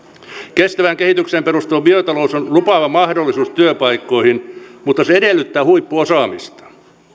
kestävään kehitykseen perustuva biotalous on lupaava mahdollisuus työpaikkoihin mutta se edellyttää huippuosaamista